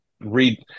read